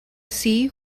see